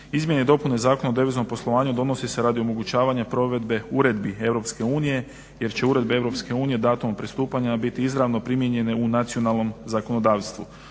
Izmjene i dopune Zakona o deviznom poslovanju donosi se radi omogućavanja provedbe uredbi Europske unije jer će uredbe Europske unije datumom pristupanja biti izravno primjene u nacionalnom zakonodavstvu.